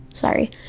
sorry